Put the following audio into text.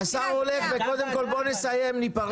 קודם כול בואו נסיים וניפרד.